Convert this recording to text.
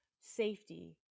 safety